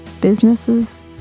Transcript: businesses